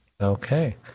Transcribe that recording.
Okay